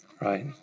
right